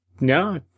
No